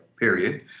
period